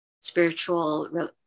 spiritual